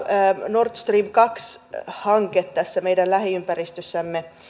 nord stream kaksi hanke meidän lähiympäristössämme